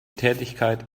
tätigkeit